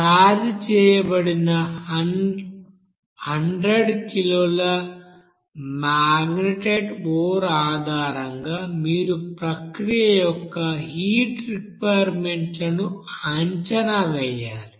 charge చేయబడిన 100 కిలోల magnetite ore ఆధారంగా మీరు ప్రక్రియ యొక్క హీట్ రిక్విర్మెంట్ లను అంచనా వేయాలి